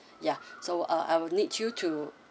so uh I will need you to